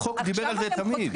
החוק דיבר על זה תמיד.